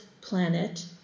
planet